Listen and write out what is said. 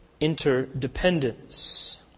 interdependence